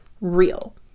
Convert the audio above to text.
real